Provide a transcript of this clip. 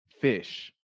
fish